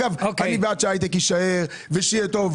אגב אני בעד שההייטק יישאר ושיהיה טוב.